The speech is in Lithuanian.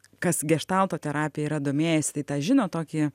kas geštalto terapija yra domėjęsi tai tą žino tokį